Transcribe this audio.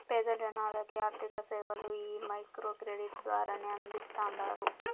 పేద జనాలకి ఆర్థిక సేవలు ఈ మైక్రో క్రెడిట్ ద్వారానే అందిస్తాండారు